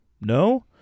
No